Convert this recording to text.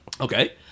Okay